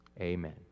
amen